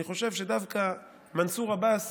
אני חושב שדווקא מנסור עבאס